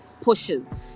pushes